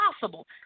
possible